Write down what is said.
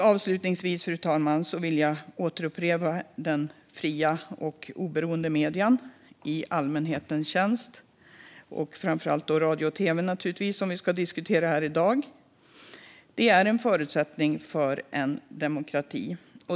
Avslutningsvis, fru talman, vill jag upprepa att fria och oberoende medier i allmänhetens tjänst - framför allt naturligtvis radio och tv, som vi diskuterar här i dag - är en förutsättning för en demokrati.